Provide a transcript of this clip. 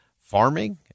farming